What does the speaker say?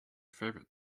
favorite